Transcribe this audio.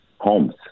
homes